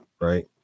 Right